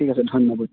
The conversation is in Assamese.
ঠিক আছে ধন্যবাদ